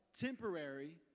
temporary